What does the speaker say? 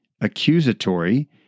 accusatory